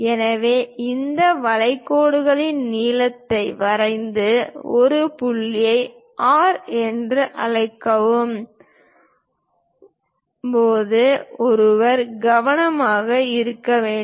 எனவே இந்த வளைவுகளின் நீளத்தை வரைந்து இந்த புள்ளியை ஆர் என்று அழைக்கும் போது ஒருவர் கவனமாக இருக்க வேண்டும்